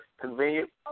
convenient